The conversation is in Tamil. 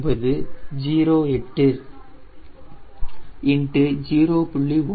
7908 0